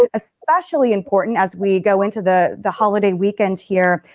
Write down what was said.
ah especially important as we go into the the holiday weekend here.